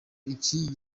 iki